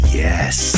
yes